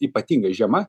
ypatingai žema